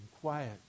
quiet